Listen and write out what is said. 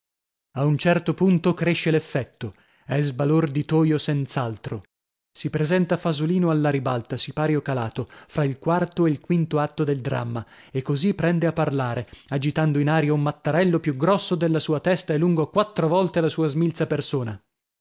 a un certo punto cresce l'effetto è sbalorditoio senz'altro si presenta fasolino alla ribalta a sipario calato fra il quarto e il quint'atto del dramma e così prende a parlare agitando in aria un matterello più grosso della sua testa e lungo quattro volte la sua smilza persona